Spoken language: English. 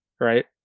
right